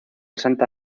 santa